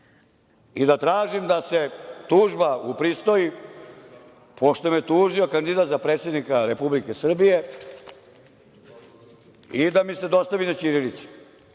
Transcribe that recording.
i da tražim da se tužba upristoji, pošto me tužio kandidat za predsednika Republike Srbije, i da mi se dostavi na ćirilici.